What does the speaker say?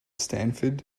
stanford